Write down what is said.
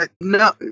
No